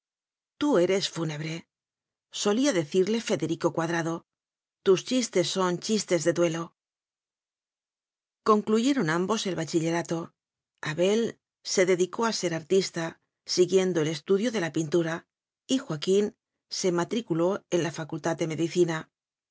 tú eres fúnebre solía decirle federico cuadrado tus chis tes son chistes de duelo concluyeron ambos el bachillerato abel se dedicó a ser artista siguiendo el estudio de la pintura y joaquín se matriculó en la fa cultad de medicina